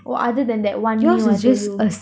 oh other than that one meal I told you